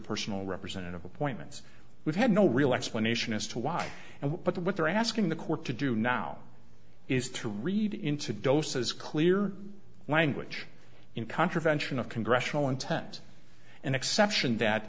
personal representative appointments we've had no real explanation as to why and what but what they're asking the court to do now is to read into doses clear language in contravention of congressional intent an exception that